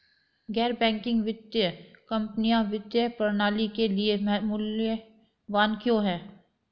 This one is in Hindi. गैर बैंकिंग वित्तीय कंपनियाँ वित्तीय प्रणाली के लिए मूल्यवान क्यों हैं?